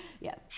Yes